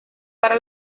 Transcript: para